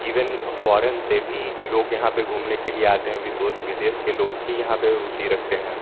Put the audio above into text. even foreign से भी लोग यहाँ पर घूमने के लिए आते है विदो विदेश के लोग भी यहाँ पर रूचि रखते हैं